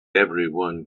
everyone